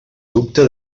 dubte